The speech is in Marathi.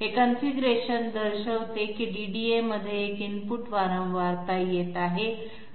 हे कॉन्फिगरेशन दर्शवते की डीडीएमध्ये एक इनपुट फिक्वेन्सी येत आहे